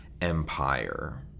Empire